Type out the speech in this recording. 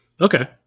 Okay